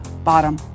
bottom